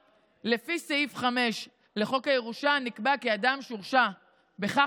לפי סעיף 5 לחוק הירושה אומנם נקבע כי אדם שהורשע בכך